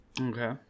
Okay